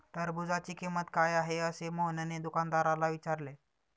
टरबूजाची किंमत काय आहे असे मोहनने दुकानदाराला विचारले?